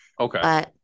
Okay